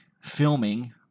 filming